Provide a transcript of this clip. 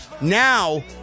Now